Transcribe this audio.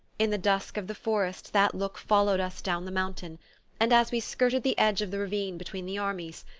in the dusk of the forest that look followed us down the mountain and as we skirted the edge of the ravine between the armies,